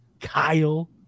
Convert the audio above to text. Kyle